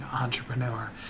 entrepreneur